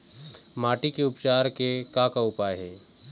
माटी के उपचार के का का उपाय हे?